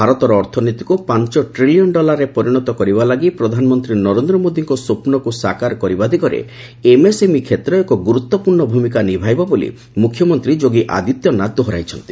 ଭାରତର ଅର୍ଥନୀତିକୁ ପାଞ୍ଚ ଟ୍ରିଲିୟନ୍ ଡଲାରରେ ପରିଣତ କରିବା ଲାଗି ପ୍ରଧାନମନ୍ତ୍ରୀ ନରେନ୍ଦ୍ର ମୋଦିଙ୍କ ସ୍ୱପ୍ନକୁ ସାକାର କରିବା ଦିଗରେ ଏମ୍ଏସ୍ଏମ୍ଇ କ୍ଷେତ୍ର ଏକ ଗୁରୁତ୍ୱପୂର୍ଣ୍ଣ ଭୂମିକା ନିଭାଇବ ବୋଲି ମୁଖ୍ୟମନ୍ତ୍ରୀ ଯୋଗୀ ଆଦିତ୍ୟନାଥ ଦୋହରାଇଛନ୍ତି